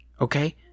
Okay